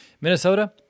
Minnesota